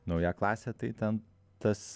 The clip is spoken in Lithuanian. nauja klasė tai ten tas